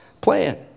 plan